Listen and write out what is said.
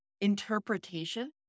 interpretation